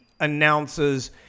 announces